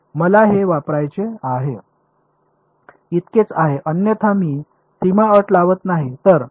मला हे वापरायचे आहे इतकेच आहे अन्यथा मी सीमा अट लावत नाही